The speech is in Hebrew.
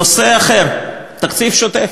נושא אחר, התקציב השוטף